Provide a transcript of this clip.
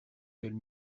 quelle